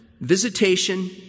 visitation